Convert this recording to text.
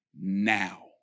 now